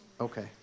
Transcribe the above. Okay